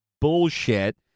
bullshit